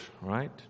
right